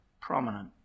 prominent